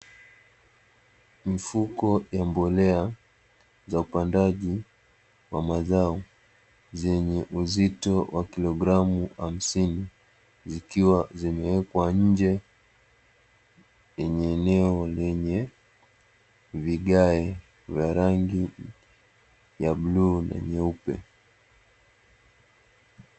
Mifuko ya mbolea za upandaji wa mazao zenye uzito wa kilogram hamsini zikiwa zimewekwa nje lenye eneo lenye vigae vya rangi ya bluu na nyeupe.